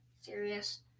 serious